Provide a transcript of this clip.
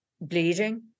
bleeding